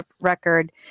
record